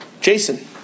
Jason